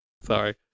sorry